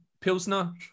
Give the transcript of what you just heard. Pilsner